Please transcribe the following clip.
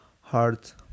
heart